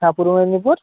হ্যাঁ পূর্ব মেদিনীপুর